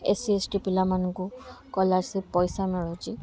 S C S T ପିଲାମାନଙ୍କୁ scholarship ପଇସା ମିଳୁଛି